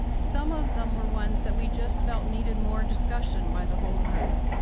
some of them were ones that we just felt needed more discussion by the whole group.